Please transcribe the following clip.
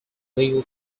legal